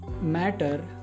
matter